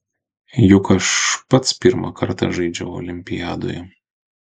juk aš pats pirmą kartą žaidžiu olimpiadoje